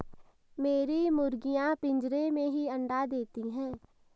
मेरी मुर्गियां पिंजरे में ही अंडा देती हैं